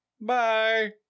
Bye